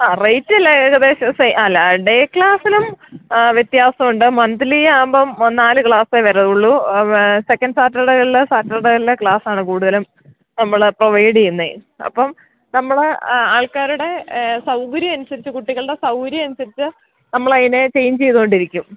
ആ റേറ്റ് എല്ലാം ഏകദേശം സെയിം അല്ല ആ ഡേ ക്ലാസ്സിനും വ്യത്യാസമുണ്ട് മന്തിലി ആകുമ്പോള് നാലു ക്ലാസ്സേ വരികയുള്ളൂ സെക്കൻഡ് സാറ്റർഡേകളില് സാറ്റർഡേയ്കളിലെ ക്ലാസ്സാണ് കൂടുതലും നമ്മള് പ്രൊവൈഡ് ചെയ്യുന്നത് അപ്പം നമ്മള് ആൾക്കാരുടെ സൗകര്യമനുസരിച്ച് കുട്ടികളുടെ സൗകര്യമനുസരിച്ച് നമ്മളതിനെ ചേഞ്ച് ചെയ്തുകൊണ്ടിരിക്കും